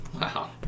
Wow